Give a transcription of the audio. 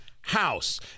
house